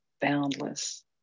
boundless